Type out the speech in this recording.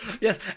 Yes